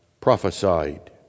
prophesied